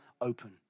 open